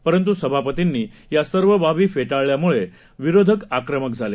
परंतुसभापतींनीयासर्वबाबीफेटाळल्यामुळेविरोधकआक्रमकझाले